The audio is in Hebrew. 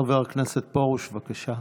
חבר הכנסת פרוש, בבקשה.